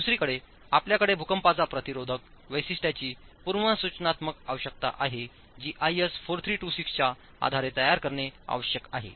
दुसरीकडे आपल्याकडे भूकंपाचा प्रतिरोधक वैशिष्ट्यांची पूर्वसूचनात्मक आवश्यकता आहे जी आयएस 4326 च्या आधारे तयार करणे आवश्यक आहे